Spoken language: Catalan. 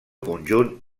conjunt